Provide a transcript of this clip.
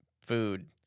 food